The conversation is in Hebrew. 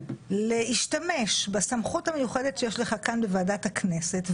להשתמש בסמכות המיוחדת שיש לך כאן בוועדת הכנסת,